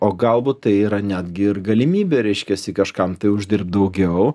o galbūt tai yra netgi ir galimybė reiškiasi kažkam tai uždirbt daugiau